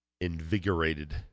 invigorated